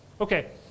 Okay